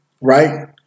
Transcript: Right